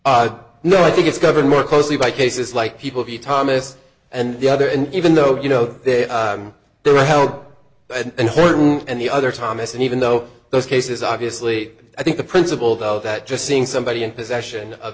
by no i think it's covered more closely by cases like people be thomas and the other and even though you know they were held and one and the other thomas and even though those cases obviously i think the principle though that just seeing somebody in possession of